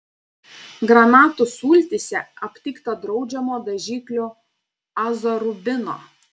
granatų sultyse aptikta draudžiamo dažiklio azorubino